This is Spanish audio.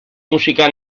música